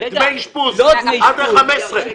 הרווחה והשירותים החברתיים חיים כץ: דמי אשפוז העברת?